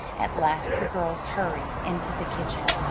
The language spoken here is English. at last the girls hurried into the kitchen,